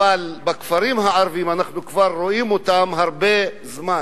אבל בכפרים הערביים אנחנו רואים אותם כבר הרבה זמן,